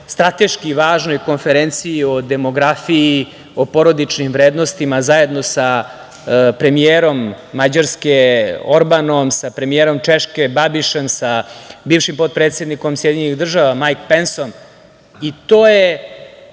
strateški važnoj konferenciji, o demografiji, o porodičnim vrednostima, zajedno sa premijerom Mađarske, Orbanom, sa premijerom Češke, Babišem, sa bivšim potpredsednikom SAD, Majk Pensom. To je